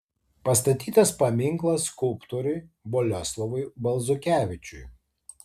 pastatytas paminklas skulptoriui boleslovui balzukevičiui